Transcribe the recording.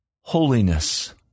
holiness